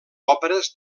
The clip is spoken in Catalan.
òperes